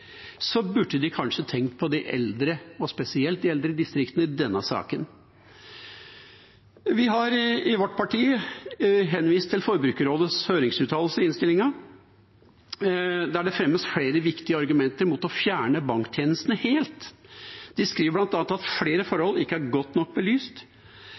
burde de kanskje tenkt på de eldre, og spesielt de eldre i distriktene, i denne saken. Vi i vårt parti har i innstillinga henvist til Forbrukerrådets høringsuttalelse, der det fremmes flere viktige argumenter mot å fjerne banktjenestene helt. De skriver bl.a. at flere forhold ikke er godt nok belyst.